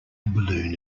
balloon